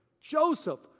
Joseph